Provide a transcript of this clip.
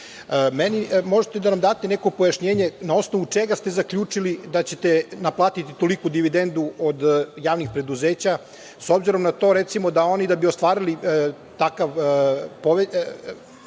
Možete li da nam date neko pojašnjenje na osnovu čega ste zaključili da ćete naplatiti toliku dividendu od javnih preduzeća s obzirom na to, recimo, da oni da bi ostvarili takvo povećanje